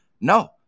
No